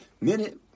Minute